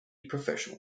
professional